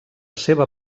seva